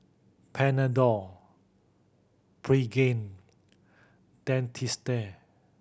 Panadol Pregain Dentiste